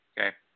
Okay